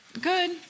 Good